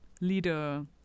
leader